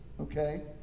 okay